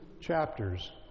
chapters